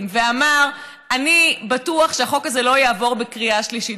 ואמר: אני בטוח שהחוק הזה לא יעבור בקריאה שלישית.